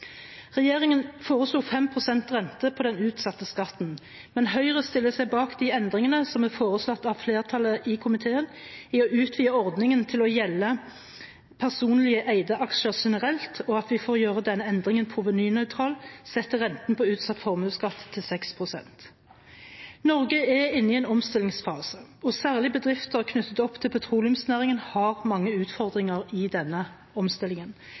Regjeringen foreslo 5 pst. rente på den utsatte skatten, men Høyre stiller seg bak de endringene som er foreslått av flertallet i komiteen, om å utvide ordningen til å gjelde personlig eide aksjer generelt, og at vi for å gjøre denne endringen provenynøytral setter renten på utsatt formuesskatt til 6 pst. Norge er inne i en omstillingsfase, og særlig bedrifter knyttet til petroleumsnæringen har mange utfordringer i denne omstillingen.